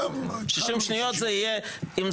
לא